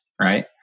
right